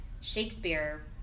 Shakespeare